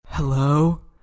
Hello